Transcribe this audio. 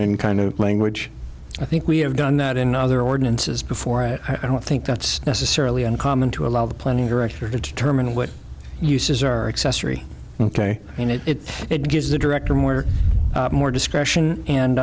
in kind of language i think we have done that in other ordinances before and i don't think that's necessarily uncommon to allow the planning director to determine what uses are accessory ok and if it gives the director more or more discretion